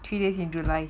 three days in july